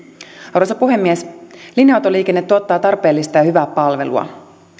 arvoisa puhemies linja autoliikenne tuottaa tarpeellista ja hyvää palvelua